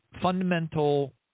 fundamental